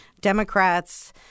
Democrats –